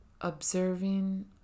observing